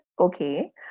Okay